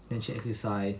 then 去 exercise